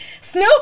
Snoop